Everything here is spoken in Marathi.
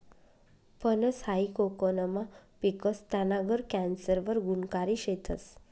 फनस हायी कोकनमा पिकस, त्याना गर कॅन्सर वर गुनकारी शेतस